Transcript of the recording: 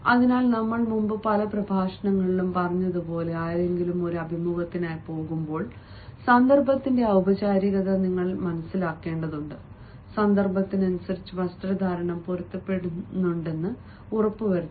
അതിനാൽ ഞങ്ങൾ മുമ്പ് പല പ്രഭാഷണങ്ങളിലും പറഞ്ഞതുപോലെ ആരെങ്കിലും ഒരു അഭിമുഖത്തിനായി പോകുമ്പോൾ സന്ദർഭത്തിന്റെ ഔപചാരികത നിങ്ങൾ മനസ്സിലാക്കേണ്ടതുണ്ട് സന്ദർഭത്തിനനുസരിച്ച് വസ്ത്രധാരണം പൊരുത്തപ്പെടുന്നുണ്ടെന്ന് ഉറപ്പുവരുത്തണം